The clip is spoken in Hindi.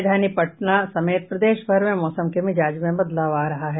राजधानी पटना समेत प्रदेश भर में मौसम के मिजाज में बदलाव आ रहा है